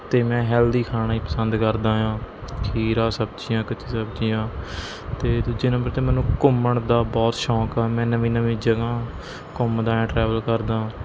ਅਤੇ ਮੈਂ ਹੈਲਦੀ ਖਾਣਾ ਹੀ ਪਸੰਦ ਕਰਦਾ ਹਾਂ ਖੀਰਾ ਸਬਜ਼ੀਆਂ ਕੱਚੀ ਸਬਜ਼ੀਆਂ ਅਤੇ ਦੂਜੇ ਨੰਬਰ 'ਤੇ ਮੈਨੂੰ ਘੁੰਮਣ ਦਾ ਬਹੁਤ ਸ਼ੌਂਕ ਆ ਮੈਂ ਨਵੀਂ ਨਵੀਂ ਜਗ੍ਹਾ ਘੁੰਮਦਾ ਆਂ ਟ੍ਰੈਵਲ ਕਰਦਾਂ